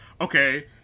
okay